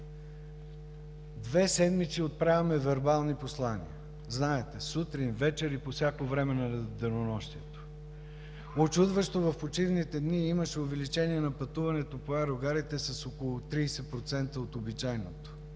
Две седмици отправяме вербални послания, знаете, сутрин, вечер и по всяко време на денонощието. Учудващо в почивните дни имаше увеличение на пътуването по аерогарите с около 30% от обичайното,